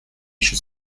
еще